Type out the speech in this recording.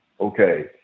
Okay